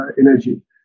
energy